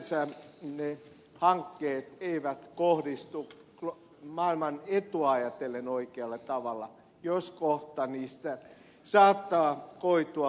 sinänsä ne hankkeet eivät kohdistu maailman etua ajatellen oikealla tavalla jos kohta niistä saattaa koitua muutama työpaikka